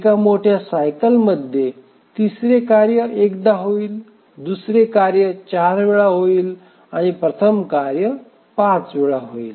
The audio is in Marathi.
एका मोठ्या सायकलमध्ये तिसरे कार्य एकदा होईल दुसरे कार्य 4 वेळा होईल आणि प्रथम कार्य 5 वेळा होईल